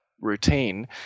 routine